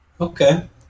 Okay